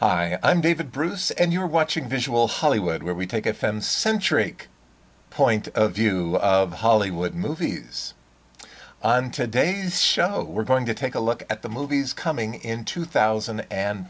hi i'm david bruce and you're watching visual hollywood where we take offense century point of view of hollywood movies and today's show we're going to take a look at the movies coming in two thousand and